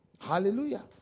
Hallelujah